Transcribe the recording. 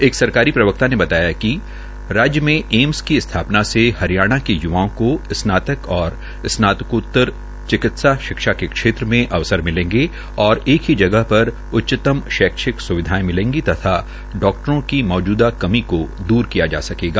एक सरकारी प्रवक्ता ने बताया कि राज्य में एम्स की स्था ना से हरियाणा के य्वाओं को स्नातक और स्नातकोतर चिकित्सा शिक्षा के क्षेत्र में अवसर मिलेंगे और एकही जगह र उच्चतम शैक्षिक स्विधायें मिलेगी व डाक्टरों की मौजूदा कमी को दूर किया जा सकेगा